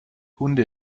hunde